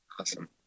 Awesome